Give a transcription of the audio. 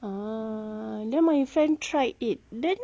ah then my friend tried it then